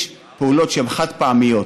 יש פעולות שהן חד-פעמיות.